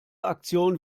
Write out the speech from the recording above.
aktion